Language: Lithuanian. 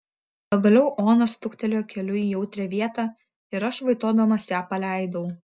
pagaliau ona stuktelėjo keliu į jautrią vietą ir aš vaitodamas ją paleidau